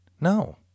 No